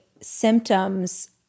symptoms